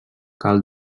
cal